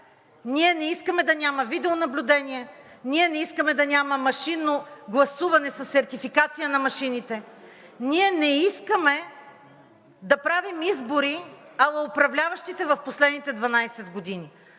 Ние не искаме да няма видеонаблюдение, ние не искаме да няма машинно гласуване със сертификация на машините, ние не искаме да правим избори ала управляващите в последните 12 години.